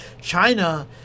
China